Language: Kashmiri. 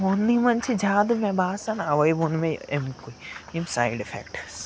فوننٕے منٛز چھِ زیادٕ مےٚ باسان اَوَے ووٚن مےٚ اَمِکُے یِم سایڈ اِفٮ۪کٹٕس